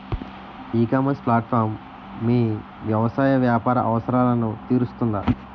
ఈ ecommerce platform మీ వ్యవసాయ వ్యాపార అవసరాలను తీరుస్తుందా?